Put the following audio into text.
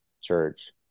Church